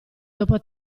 dopo